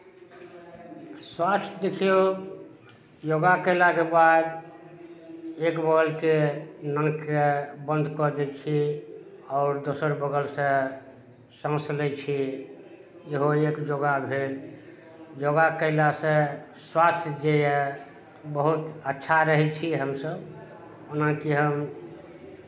स्वास्थ देखियौ योगा कयलाके बाद एक बगलके नाककेँ बन्द कऽ दै छियै आओर दोसर बगलसँ साँस लै छी इहो एक योगा भेल योगा कयलासँ स्वास्थ जे यए बहुत अच्छा रहै छी हमसभ ओना की हम